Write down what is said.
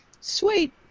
Sweet